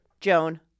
Joan